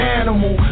animal